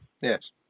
Yes